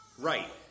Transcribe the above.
Right